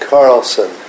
Carlson